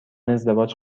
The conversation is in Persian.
ازدواج